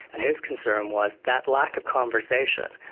and his concern was that lack of conversation,